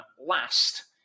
last